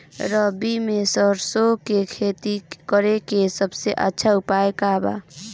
रबी में सरसो के खेती करे के सबसे अच्छा उपाय का बा?